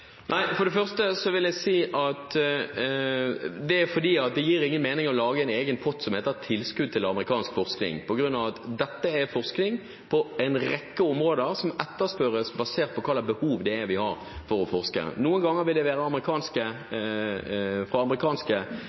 Nei, for det første vil jeg si at det er fordi det gir ingen mening å lage en egen pott som heter tilskudd til amerikansk forskning, på grunn av at dette er forskning på en rekke områder som etterspørres basert på hvilket behov vi har for å forske. Noen ganger vil det være amerikanske